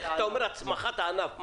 אתה אומר הצמחת הענף.